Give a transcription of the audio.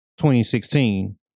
2016